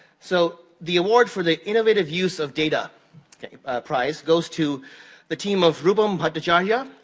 so, the award for the innovative use of data prize goes to the team of rupam bhattacharyya,